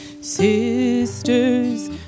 sisters